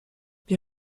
wir